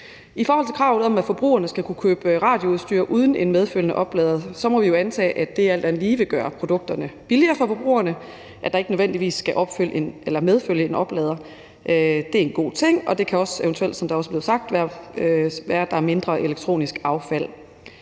I forhold til kravet om, at forbrugerne skal kunne købe radioudstyr uden en medfølgende oplader, må vi jo antage, at det alt andet lige vil gøre produkterne billigere for forbrugerne, at der ikke nødvendigvis skal medfølge en oplader. Det er en god ting, og det kan også eventuelt, som det også er blevet sagt, være, at der bliver mindre elektronisk affald.